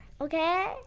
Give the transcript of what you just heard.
Okay